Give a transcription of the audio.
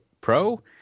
Pro